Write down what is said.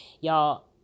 Y'all